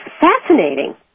fascinating